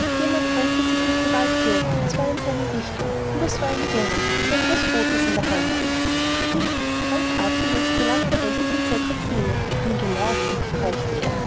jemand drängte sich mit gewalt durch und zwar in seiner richtung es war ein junge der etwas rotes in der hand hielt dick ganz atemlos gelangte er endlich in cedriks nähe bin ich gelaufen keuchte er